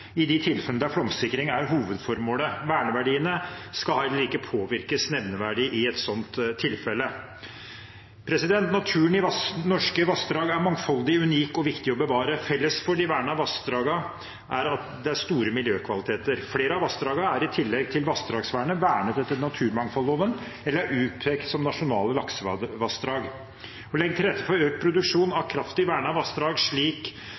i de tilfellene der flomsikring er hovedformålet. Verneverdiene skal heller ikke påvirkes nevneverdig i et sånt tilfelle. Naturen i norske vassdrag er mangfoldig, unik og viktig å bevare. Felles for de vernede vassdragene er at det er store miljøkvaliteter. Flere av vassdragene er i tillegg til vassdragsvernet vernet etter naturmangfoldloven eller utpekt som nasjonale laksevassdrag. Å legge til rette for økt produksjon av kraft i vernede vassdrag, slik